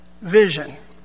vision